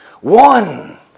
one